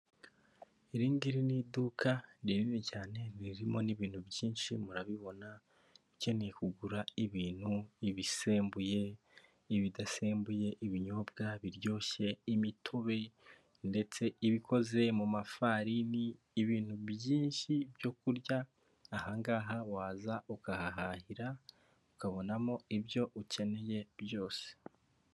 Iri ngiri ni iduka rinini cyane ririmo n'ibintu byinshi murabibona, ukeneye kugura ibintu ibisembuye, ibidasembuye, ibinyobwa biryoshye, imitobe ndetse iba ikoze mu mafarini, ibintu byinshi byo kurya, aha ngaha waza ukahahahira ukabonamo ibyo ukeneye byose.